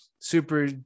super